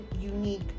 unique